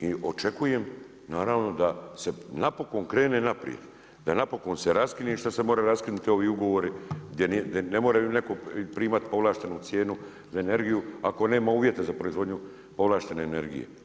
i očekujem naravno da se napokon krene naprijed, da napokon se raskine što se mora raskinuti ovi ugovori, gdje ne moraju neko primati povlaštenu cijenu za energiju, ako nema uvjete za proizvodnju povlaštene energije.